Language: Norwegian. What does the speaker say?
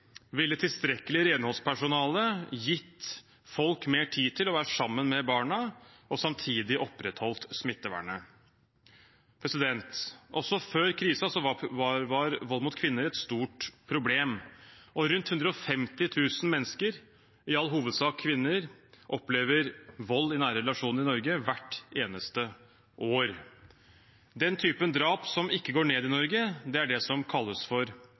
Tilstrekkelig renholdspersonale ville gitt folk mer tid til å være sammen med barna og samtidig opprettholdt smittevernet. Også før krisen var vold mot kvinner et stort problem. Rundt 150 000 mennesker, i all hovedsak kvinner, opplever vold i nære relasjoner i Norge hvert eneste år. Den typen drap som ikke går ned i Norge, er det som kalles for